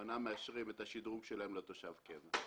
אינם מאשרים את השדרוג שלהם לתושב קבע.